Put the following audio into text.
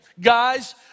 Guys